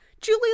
Julie